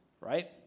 right